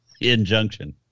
Injunction